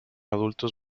adultos